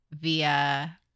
via